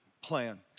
plan